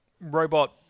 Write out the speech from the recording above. robot